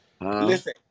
Listen